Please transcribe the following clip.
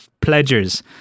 pledgers